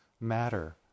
matter